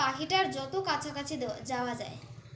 পাখিটার যত কাছাকাছি যাওয়া যায়